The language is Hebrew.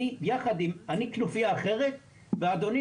אני כנופיה אחרת ואדוני,